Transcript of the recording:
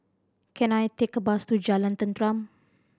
can I take a bus to Jalan Tenteram